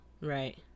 Right